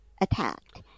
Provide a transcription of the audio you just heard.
attacked